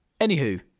anywho